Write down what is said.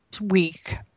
Week